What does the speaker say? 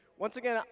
once again, um